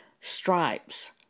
stripes